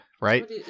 right